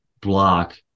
block